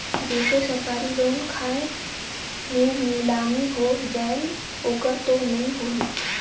जैसे सरकारी लोन खाय मे नीलामी हो जायेल ओकर तो नइ होही?